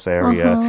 area